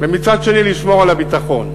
ומצד שני לשמור על הביטחון.